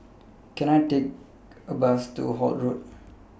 Can I Take A Bus to Holt Road